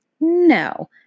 No